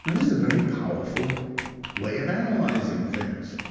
this is a very powerful way of analyzing things.